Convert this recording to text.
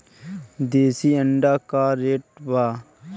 देशी अंडा का रेट बा?